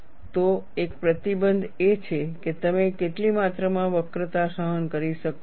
તો એક પ્રતિબંધ એ છે કે તમે કેટલી માત્રામાં વક્રતા સહન કરી શકો છો